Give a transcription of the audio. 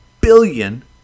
billion